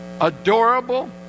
adorable